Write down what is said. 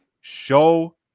show